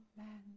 Amen